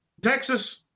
Texas